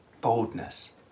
boldness